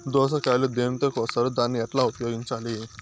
దోస కాయలు దేనితో కోస్తారు దాన్ని ఎట్లా ఉపయోగించాలి?